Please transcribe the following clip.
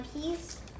peace